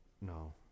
No